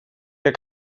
der